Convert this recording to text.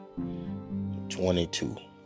22